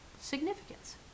Significance